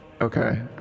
Okay